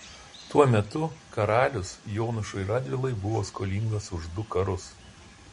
tuo metu karalius jonušui radvilai buvo skolingas už du karus